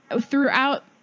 throughout